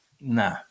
nah